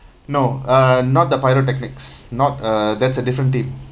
no uh not the pyrotechnics not uh that's a different team